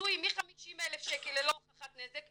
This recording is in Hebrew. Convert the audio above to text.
הפיצוי מ-50,000 שקל ללא הוכחת נזק,